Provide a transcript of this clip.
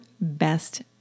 best